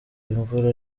imvura